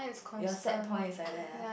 your set point is like that ah